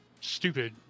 Stupid